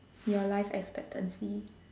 your life expectancy